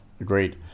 Agreed